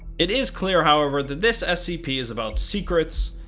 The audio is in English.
it is clear however that this scp is about secrets,